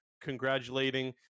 congratulating